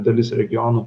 dalis regionų